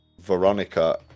Veronica